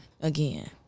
again